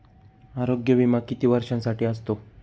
आरोग्य विमा किती वर्षांसाठी असतो?